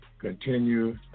Continue